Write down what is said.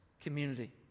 community